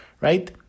...right